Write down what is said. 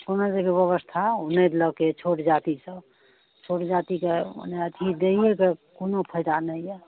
कोनो चीजके व्यवस्था नहि देलकै छोट जाति सब छोट जातिके मने अथी दैएके कोनो फायदा नहि यऽ